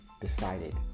decided